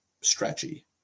stretchy